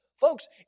Folks